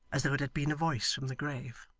as though it had been a voice from the grave.